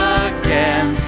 again